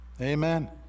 Amen